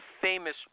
famous